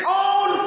own